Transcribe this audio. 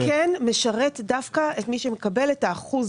זה כן משרת דווקא את מי שמקבל את האחוז